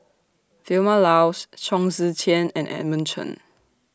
Vilma Laus Chong Tze Chien and Edmund Chen